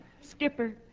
Skipper